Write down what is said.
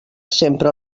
sempre